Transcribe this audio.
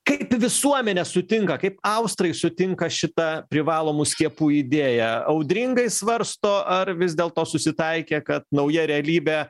kaip visuomenė sutinka kaip austrai sutinka šitą privalomų skiepų idėją audringai svarsto ar vis dėlto susitaikė kad nauja realybė